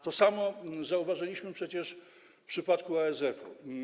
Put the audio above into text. To samo zauważyliśmy przecież w przypadku ASF-u.